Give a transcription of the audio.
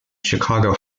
chicago